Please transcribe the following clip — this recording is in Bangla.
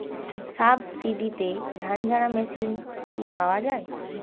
সাবসিডিতে ধানঝাড়া মেশিন কি পাওয়া য়ায়?